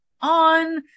on